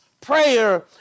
prayer